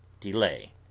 delay